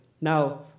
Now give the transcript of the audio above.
Now